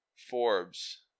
Forbes